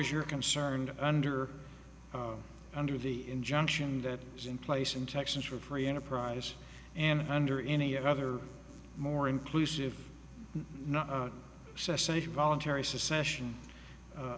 as you're concerned under under the injunction that was in place in texas for free enterprise and under any other more inclusive not cessation voluntary secession